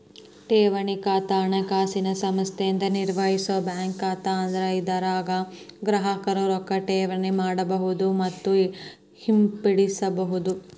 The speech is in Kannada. ಠೇವಣಿ ಖಾತಾ ಹಣಕಾಸಿನ ಸಂಸ್ಥೆಯಿಂದ ನಿರ್ವಹಿಸೋ ಬ್ಯಾಂಕ್ ಖಾತಾ ಅದ ಇದರಾಗ ಗ್ರಾಹಕರು ರೊಕ್ಕಾ ಠೇವಣಿ ಮಾಡಬಹುದು ಮತ್ತ ಹಿಂಪಡಿಬಹುದು